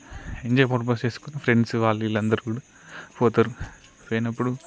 enjoy purpose చేసుకుని friends వాళ్ళు వీళ్ళు అందరూ కూడా పోతారు పోయినప్పుడు